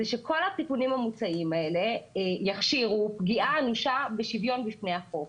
זה שכל התיקונים המוצעים יכשירו פגיעה אנושה בשוויון בפני החוק.